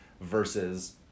versus